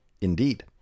Indeed